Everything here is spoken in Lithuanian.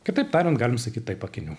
kitaip tariant galim sakyt taip akinių